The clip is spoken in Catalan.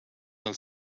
del